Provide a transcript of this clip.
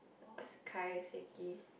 what's kaiseki